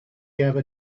ever